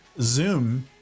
Zoom